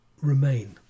remain